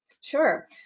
Sure